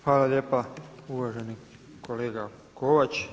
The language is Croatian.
Hvala lijepa uvaženi kolega Kovač.